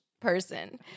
Person